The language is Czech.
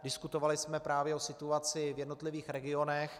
Diskutovali jsme právě o situaci v jednotlivých regionech.